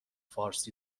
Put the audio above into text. فارسی